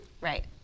Right